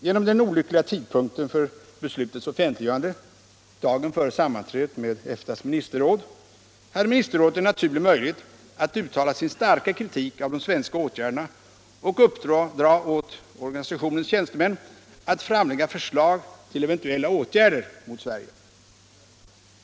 Genom den olyckliga tidpunkten för beslutets offentliggörande — dagen före sammanträdet med EFTA:s ministerråd — hade ministerrådet en naturlig möjlighet att uttala sin starka kritik av de svenska åtgärderna och uppdra åt organisationens tjänstemän att framlägga förslag till eventuella åtgärder mot Sverige.